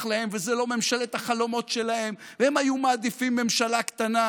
להם וזו לא ממשלת החלומות שלהם והם היו מעדיפים ממשלה קטנה,